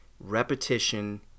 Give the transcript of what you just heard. repetition